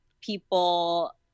people